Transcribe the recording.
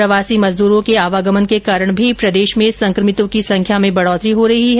प्रवासी मजदूरों के आवागमन के कारण भी प्रदेश में संक्रमितों की संख्या में बढोतरी हो रही है